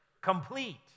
Complete